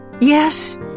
Yes